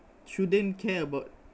shouldn't care about